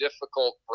difficult